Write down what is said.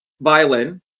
violin